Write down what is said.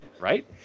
right